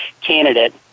candidate